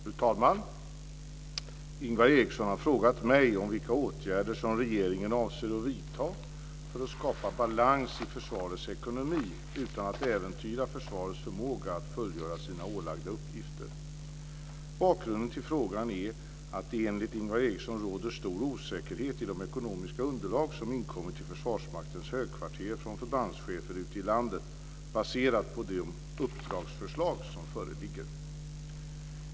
Fru talman! Ingvar Eriksson har frågat mig vilka åtgärder regeringen avser att vidta i syfte att skapa balans i försvarets ekonomi, utan att äventyra försvarets förmåga att fullgöra sina ålagda uppgifter. Bakgrunden till frågan är att det enligt Ingvar Eriksson råder stor osäkerhet i de ekonomiska underlag som inkommit till Försvarsmaktens högkvarter från förbandschefer ute i landet, baserade på de uppdragsförslag som föreligger.